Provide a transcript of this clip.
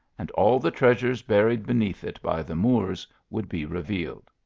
and all the treasures buried beneath it by the moors would be revealed.